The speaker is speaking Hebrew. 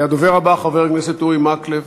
הדובר הבא, חבר הכנסת אורי מקלב,